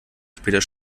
später